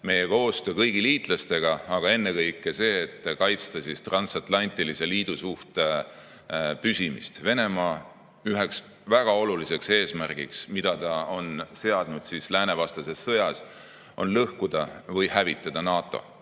meie koostöö kõigi liitlastega, aga ennekõike see, et kaitsta transatlantilise liidusuhte püsimist. Venemaa üks väga oluline eesmärk, mida ta on seadnud läänevastases sõjas, on lõhkuda või hävitada NATO.